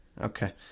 okay